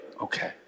Okay